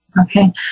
Okay